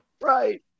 right